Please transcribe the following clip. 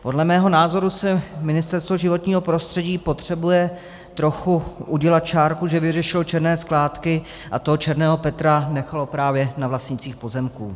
Podle mého názoru si Ministerstvo životního prostředí potřebuje trochu udělat čárku, že vyřešilo černé skládky a toho černého Petra nechalo právě na vlastnících pozemků.